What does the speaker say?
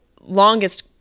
longest